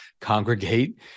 congregate